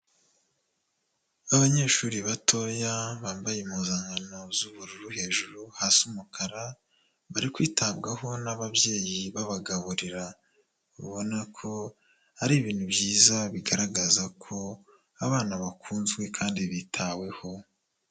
Abanyeshuri batoya bambaye impuzankano z'ubururu hejuru hasi umukara, bari kwitabwaho n'ababyeyi b'abagaburira, ubona ko ari ibintu byiza bigaragaza ko abana bakunzwe kandi bitaweho.